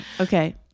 Okay